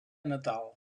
natal